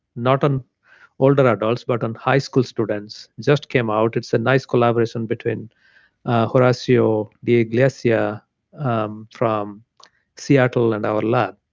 not on older adults, but on high school students, just came out. it's a nice collaboration between horacio de iglesias yeah um from seattle and our lab.